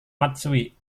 matsui